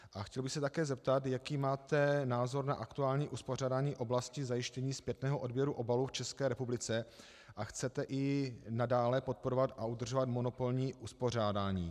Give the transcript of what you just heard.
A chtěl bych se také zeptat, jaký máte názor na aktuální uspořádání oblasti zajištění zpětného odběru obalů v České republice, a chcete i nadále podporovat a udržovat monopolní uspořádání?